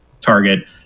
target